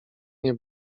nie